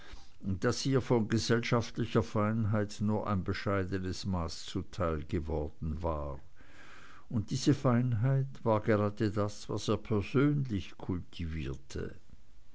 daß ihr von gesellschaftlicher feinheit nur ein bescheidenes maß zuteil geworden war und diese feinheit war gerade das was er persönlich kultivierte